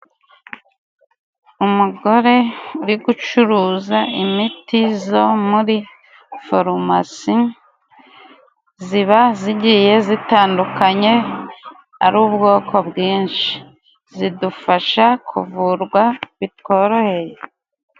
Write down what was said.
Umugore uri gucuruza imiti zo muri farumasi ziba zigiye zitandukanye ari ubwoko bwinshi zidufasha kuvurwa bitworoheye.